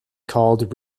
called